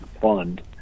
fund